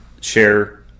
share